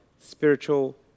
spiritual